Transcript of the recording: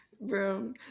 bro